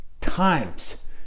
times